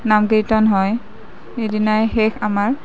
নাম কীৰ্ত্তন হয় সেইদিনাই শেষ আমাৰ